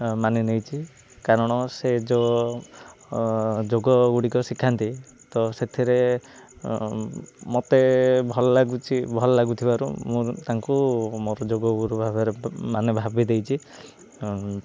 ମାନି ନେଇଛି କାରଣ ସେ ଯୋଉ ଯୋଗଗୁଡ଼ିକ ଶିଖାନ୍ତି ତ ସେଥିରେ ମୋତେ ଭଲ ଲାଗୁଛି ଭଲ ଲାଗୁଥିବାରୁ ମୁଁ ତାଙ୍କୁ ମୋର ଯୋଗ ଗୁରୁଭାବରେ ମାନେ ଭାବି ଦେଇଛି